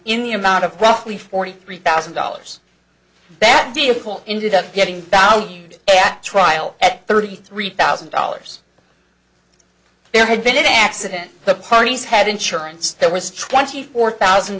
the amount of roughly forty three thousand dollars that vehicle ended up getting valued at trial at thirty three thousand dollars there had been an accident the parties had insurance that was twenty four thousand